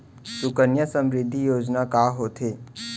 सुकन्या समृद्धि योजना का होथे